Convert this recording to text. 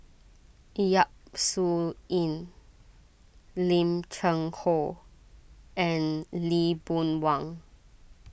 Yap Su Yin Lim Cheng Hoe and Lee Boon Wang